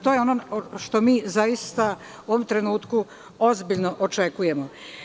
To je ono što mi u ovom trenutku ozbiljno očekujemo.